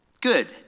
good